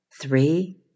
three